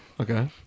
okay